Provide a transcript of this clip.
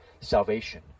salvation